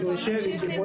אנחנו נשב ---.